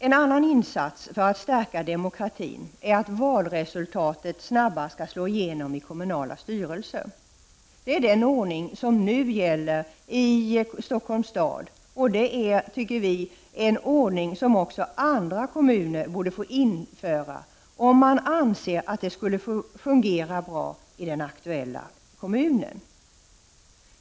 En annan insats för att stärka demokratin är att låta valresultatet snabbare slå igenom i kommunala styrelser. Det är den ordning som nu gäller i Stockholms stad, och det är, anser vi i folkpartiet, en ordning som också andra kommuner borde få införa om de anser att det skulle fungera bra i den aktuella kommunen.